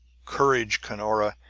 courage, cunora!